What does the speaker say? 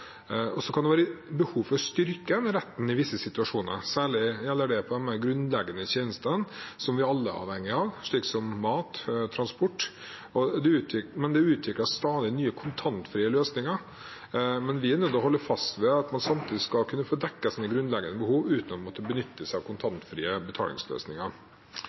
kan være behov for å styrke denne retten i visse situasjoner. Særlig gjelder det for de mest grunnleggende tjenestene, som vi alle er avhengige av, slik som mat og transport. Det utvikles stadig nye kontantfrie løsninger, men vi er nødt til å holde fast ved at man samtidig skal kunne få dekket sine grunnleggende behov uten å måtte benytte seg av kontantfrie betalingsløsninger.